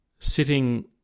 Sitting